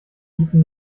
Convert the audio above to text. bieten